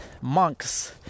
monks